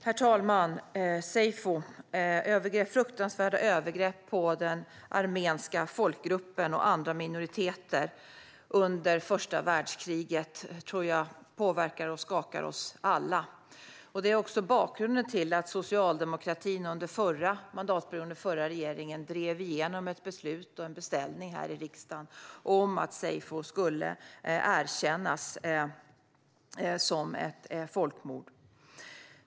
Herr talman! Seyfo innebar fruktansvärda övergrepp på den armeniska folkgruppen och andra minoriteter under första världskriget. Jag tror att det påverkar och skakar oss alla. Det är också bakgrunden till att socialdemokratin under den förra mandatperioden, under den förra regeringen, drev igenom ett beslut och en beställning här i riksdagen om att seyfo skulle erkännas som ett folkmord.